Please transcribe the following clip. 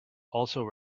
also